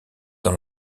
dans